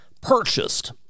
purchased